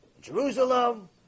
Jerusalem